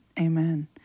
Amen